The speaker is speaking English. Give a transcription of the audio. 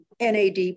NAD